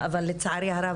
אבל לצערי הרב,